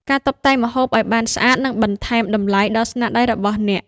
ការតុបតែងម្ហូបឱ្យបានស្អាតនឹងបន្ថែមតម្លៃដល់ស្នាដៃរបស់អ្នក។